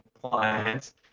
compliance